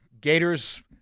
Gators